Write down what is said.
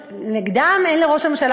נגדם אין לראש הממשלה,